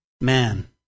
man